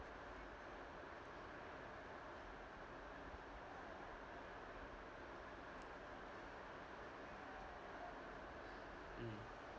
mmhmm